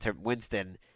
Winston